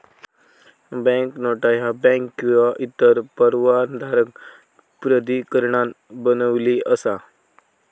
banknote ह्या bank किंवा इतर परवानाधारक प्राधिकरणान बनविली असा